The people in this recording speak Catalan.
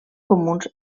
comuns